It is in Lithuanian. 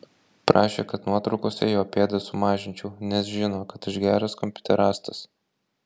prašė kad nuotraukose jo pėdas sumažinčiau nes žino kad aš geras kompiuterastas